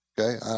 Okay